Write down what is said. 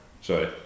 Sorry